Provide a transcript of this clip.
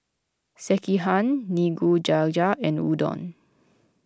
Sekihan Nikujaga and Udon